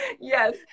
yes